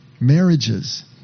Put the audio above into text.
marriages